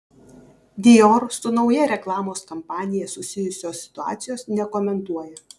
dior su nauja reklamos kampanija susijusios situacijos nekomentuoja